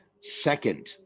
Second